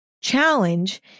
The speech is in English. challenge